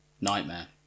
Nightmare